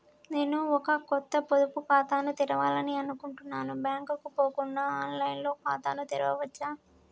నేను ఒక కొత్త పొదుపు ఖాతాను తెరవాలని అనుకుంటున్నా బ్యాంక్ కు పోకుండా ఆన్ లైన్ లో ఖాతాను తెరవవచ్చా?